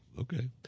okay